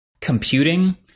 Computing